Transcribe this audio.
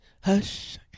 Hush